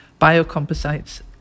biocomposites